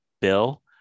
bill